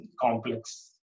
complex